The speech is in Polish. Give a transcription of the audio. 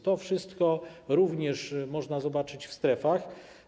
To wszystko również można zobaczyć w strefach.